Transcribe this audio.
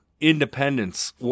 Independence